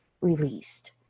released